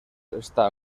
està